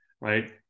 right